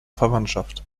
verwandtschaft